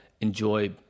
enjoy